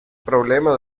problema